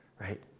right